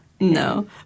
No